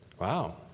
Wow